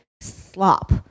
Slop